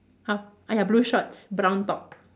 !huh! ah ya blue shorts brown top